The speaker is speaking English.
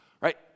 Right